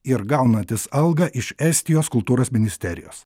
ir gaunantis algą iš estijos kultūros ministerijos